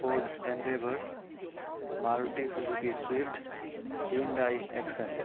ford endeavor Maruti Suzuki swift Hyundai accent